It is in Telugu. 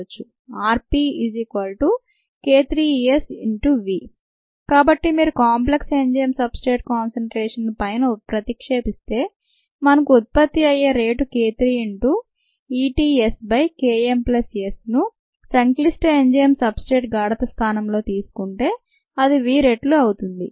rPk3 V కాబట్టి మీరు కాంప్లెక్స్ ఎంజైమ్ సబ్స్ట్రేట్ కాన్సన్ట్రేషన్ను పైన ప్రతిక్షేపిస్తే మనకు ఉత్పత్తయే rate k 3 into E t S by K m plus Sను సంక్లిష్ట ఎంజైమ్ సబ్స్ట్రేట్ గాఢత స్థానంలో తీసుకుంటే అది V రెట్లు అవుతుంది